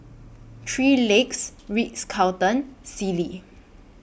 three Legs Ritz Carlton and Sealy